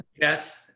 yes